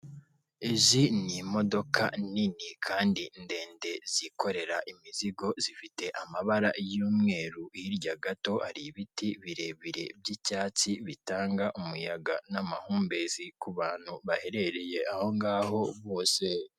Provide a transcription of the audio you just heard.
Umuntu yambaye imyenda myiza, ikanzu y'umutuku, ikoti ry'icyatsi ari gusinya impapuro nk'uko bigaragara, aho barimo baranamufotora, ahagararanye n'abandi bagabo babiri nabo bambaye amakoti, ubona bameze neza.